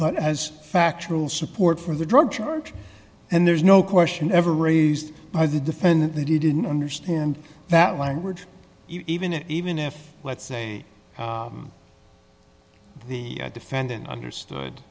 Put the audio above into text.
but as factual support for the drug charge and there's no question ever raised by the defendant that he didn't understand that one word even if even if let's say the defendant understood